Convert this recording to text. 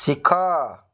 ସିଖ